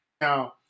now